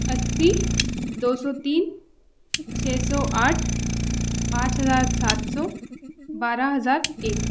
अस्सी दो सौ तीन छः सौ आठ पाँच हज़ार सात सौ बारह हज़ार एक